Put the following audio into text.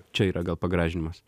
čia yra gal pagražinimas